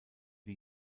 die